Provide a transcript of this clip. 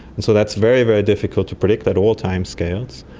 and so that's very, very difficult to predict, at all times scales.